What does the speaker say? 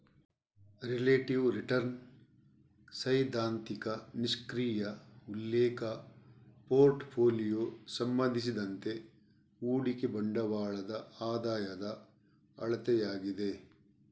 relative return ಸೈದ್ಧಾಂತಿಕ ನಿಷ್ಕ್ರಿಯ ಉಲ್ಲೇಖ ಪೋರ್ಟ್ ಫೋಲಿಯೊ ಸಂಬಂಧಿಸಿದಂತೆ ಹೂಡಿಕೆ ಬಂಡವಾಳದ ಆದಾಯದ ಅಳತೆಯಾಗಿದೆ